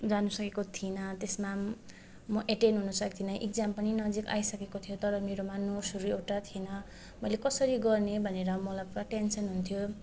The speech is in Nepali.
जान सकेको थिइनँ त्यसमा म एटेन्ड हुन सकेको थिइनँ एक्जाम पनि नजिक आइसकेको थियो तर मेरोमा नोट्सहरू एउटा थिएन मैले कसरी गर्ने भनेर मलाई पूरा टेन्सन हुन्थ्यो